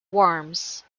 warms